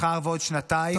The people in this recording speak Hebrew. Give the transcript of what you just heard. מחר ועוד שנתיים,